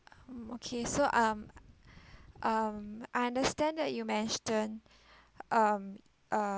mm okay so um um I understand that you mentioned um uh